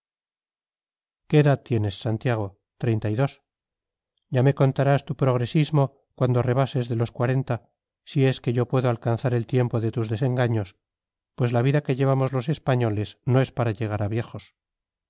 edad tienes santiago treinta y dos ya me contarás tu progresismo cuando rebases de los cuarenta si es que yo puedo alcanzar el tiempo de tus desengaños pues la vida que llevamos los españoles no es para llegar a viejos